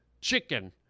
chicken